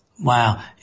Wow